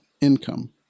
income